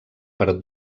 per